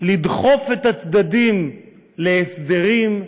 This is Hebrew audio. לדחוף את הצדדים להסדרים,